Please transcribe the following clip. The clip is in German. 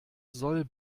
soll